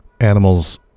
Animals